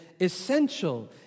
essential